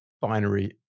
binary